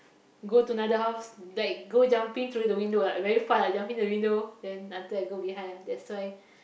go to another house like go jumping through the window like very fast lah jumping through the window then until I go behind ah that's why